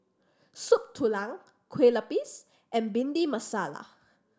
Soup Tulang kue lupis and Bhindi Masala